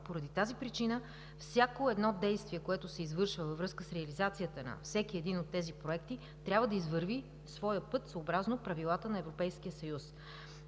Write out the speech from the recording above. по тази причина всяко действие, което се извършва във връзка с реализацията на всеки един от тези проекти, трябва да извърви своя път съобразно правилата на Европейския съюз.